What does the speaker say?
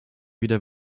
wieder